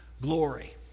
glory